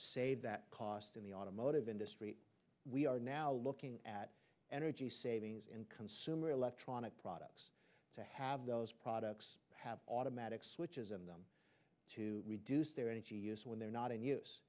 saved that cost in the automotive industry we are now looking at energy savings in consumer electronic products to have those products have automatic switches in them to reduce their energy use when they're not